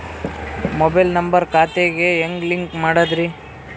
Mobile number ಖಾತೆ ಗೆ ಹೆಂಗ್ ಲಿಂಕ್ ಮಾಡದ್ರಿ?